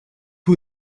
who